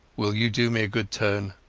will you do me a good turn